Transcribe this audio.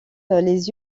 les